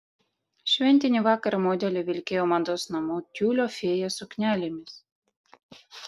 šventinį vakarą modeliai vilkėjo mados namų tiulio fėja suknelėmis